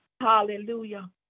hallelujah